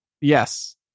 Yes